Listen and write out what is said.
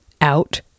out